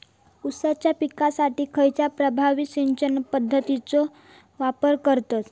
ऊसाच्या पिकासाठी खैयची प्रभावी सिंचन पद्धताचो वापर करतत?